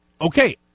okay